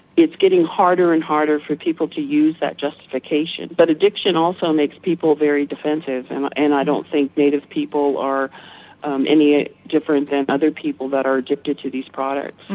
it's getting harder and harder for people to use that justification. but addiction also makes people very defensive and and i don't think native people are um any ah different than other people that are addicted to these products.